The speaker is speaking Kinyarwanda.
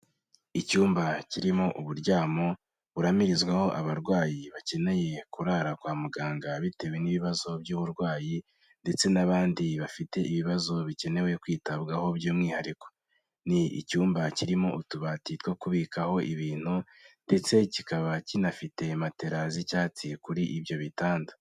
Icyumba kirimo uburyamo buramirizwaho abarwayi bakeneye kurara kwa muganga bitewe n'ibibazo by'uburwayi ndetse n'abandi bafite ibibazo bikenewe kwitabwaho by'umwihariko. Ni icyumba kirimo utubati two kubikaho ibintu ndetse kikaba kinafite matera z'icyatsi kuri ibyo bitanda.